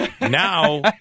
Now